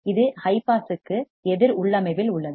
இது ஹை பாஸுக்கு எதிர் உள்ளமைவில் உள்ளது